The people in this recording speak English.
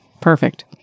Perfect